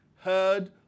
heard